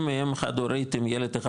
אם היא אם חד הורית עם ילד אחד,